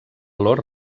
lord